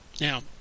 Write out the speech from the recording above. Now